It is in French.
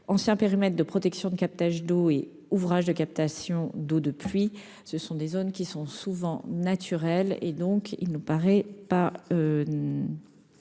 anciens périmètres de protection de captage d'eau et ouvrages de captation d'eau de pluie. Or ces dernières zones étant souvent naturelles, il ne nous paraît pas